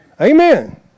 Amen